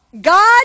God